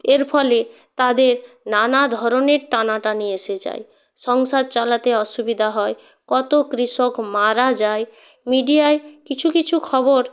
এর ফলে তাদের নানা ধরনের টানাটানি এসে যায় সংসার চালাতে অসুবিধা হয় কত কৃষক মারা যায় মিডিয়ায় কিছু কিছু খবর